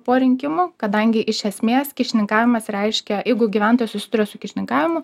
po rinkimų kadangi iš esmės kyšininkavimas reiškia jeigu gyventojas susiduria su kyšininkavimu